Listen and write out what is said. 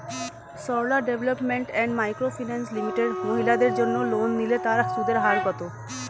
Sarala development and micro finance limited মহিলাদের জন্য loan নিলে তার সুদের হার কত?